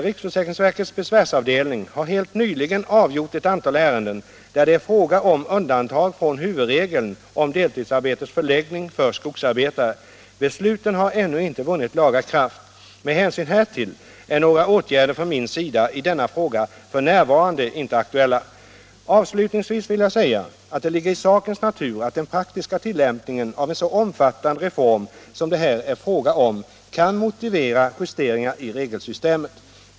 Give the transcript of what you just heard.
Riksförsäkringsverkets besvärsavdelning har helt nyligen avgjort ett antal ärenden, där det är fråga om undantag från huvudregeln om deltidsarbetets förläggning för skogsarbetare. Besluten har ännu inte vunnit laga kraft. Med hänsyn härtill är några åtgärder från min sida i denna fråga f.n. inte aktuella. Avslutningsvis vill jag säga att det ligger i sakens natur att den praktiska tillämpningen av en så omfattande reform som det här är fråga om kan motivera justeringar i regelsystemet.